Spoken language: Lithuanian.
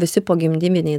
visi pogimdyminiai